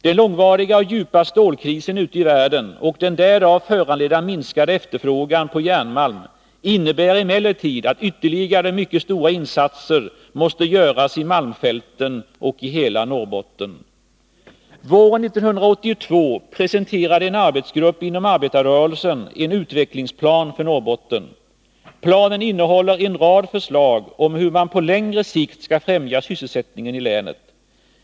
Den långvariga och djupa stålkrisen ute i världen, och den därav föranledda minskade efterfrågan på järnmalm innebär emellertid att ytterligare mycket stora insatser måste göras i malmfälten och i hela Norrbotten. Våren 1982 presenterade en arbetsgrupp inom arbetarrörelsen en utvecklingsplan för Norrbotten. Planen innehåller en rad förslag om hur man på längre sikt skall främja sysselsättningen i länet.